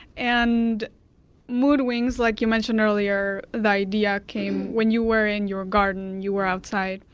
and moodwings, like you mentioned earlier, the idea came when you were in your garden, you were outside.